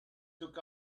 took